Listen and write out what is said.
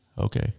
Okay